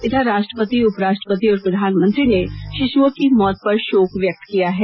इधर राष्ट्रपति उपराष्ट्रपति और प्रधान मंत्री ने शिशुओं की मौत पर शोक व्यक्त किया है